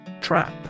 Trap